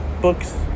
books